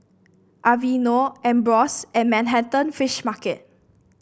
Aveeno Ambros and Manhattan Fish Market